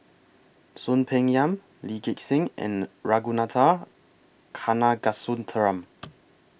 Soon Peng Yam Lee Gek Seng and Ragunathar Kanagasuntheram